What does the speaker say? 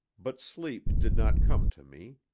but sleep did not come to me.